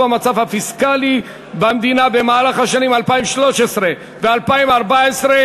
המצב הפיסקלי במדינה במהלך השנים 2013 ו-2014 (הוראת שעה),